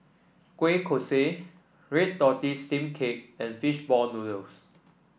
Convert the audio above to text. Kueh Kosui Red Tortoise Steamed Cake and fish ball noodles